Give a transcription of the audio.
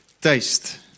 taste